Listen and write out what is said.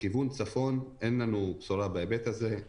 לכיוון צפון אין לנו בשורה בהיבט הזה,